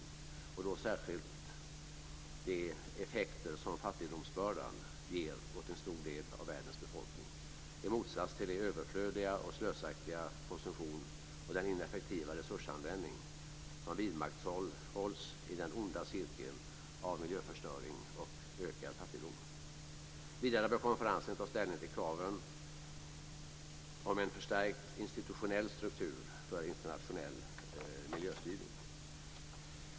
Det gäller då särskilt de effekter som fattigdomsbördan ger åt en stor del av världens befolkning, i motsats till den överflödiga och slösaktiga konsumtion och den ineffektiva resursanvändning som vidmakthålls i den onda cirkeln av miljöförstöring och ökad fattigdom. Vidare bör konferensen ta ställning till kraven på en förstärkt institutionell struktur för internationell miljöstyrning.